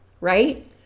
right